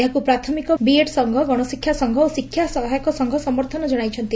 ଏହାକୁ ପ୍ରାଥମିକ ବିଏଡ୍ ସଂଘ ଗଣଶିକ୍ଷା ସଂଘ ଓ ଶିକ୍ଷା ସହାୟକ ସଂଘ ସମର୍ଥନ ଜଣାଇଛନ୍ତି